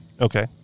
Okay